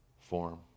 form